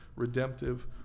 redemptive